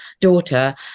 daughter